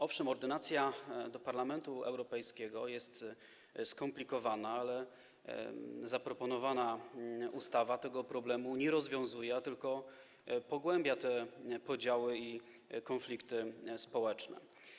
Owszem ordynacja do Parlamentu Europejskiego jest skomplikowana, ale zaproponowana ustawa tego problemu nie rozwiązuje, a tylko pogłębia te podziały i konflikty społeczne.